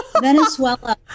Venezuela